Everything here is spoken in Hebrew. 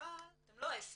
אבל אתם לא עסק.